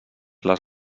les